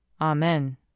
Amen